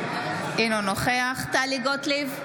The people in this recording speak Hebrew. אינו נוכח טלי גוטליב,